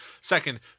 Second